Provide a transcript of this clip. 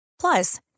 Plus